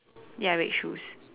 ya red shoes